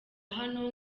hano